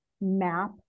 map